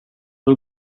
hur